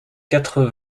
quatre